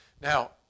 Now